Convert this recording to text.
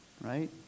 right